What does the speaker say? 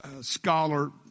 scholar